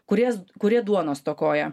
kurie kurie duonos stokoja